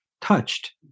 touched